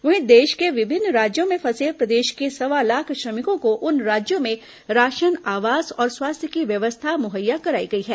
वहीं देश के विभिन्न राज्यों में फंसे प्रदेश के सवा लाख श्रमिकों को उन राज्यों में राशन आवास और स्वास्थ्य की व्यवस्था मुहैया कराई गई है